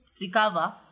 recover